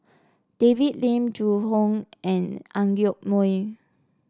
David Lim Zhu Hong and Ang Yoke Mooi